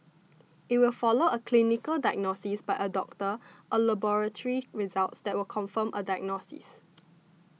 it will follow a clinical diagnosis by a doctor or laboratory results that confirm a diagnosis